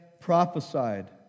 prophesied